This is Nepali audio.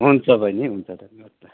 हुन्छ बहिनी हुन्छ धन्यवाद